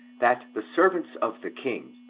that the servants of the king,